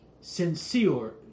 sincere